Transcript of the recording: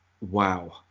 Wow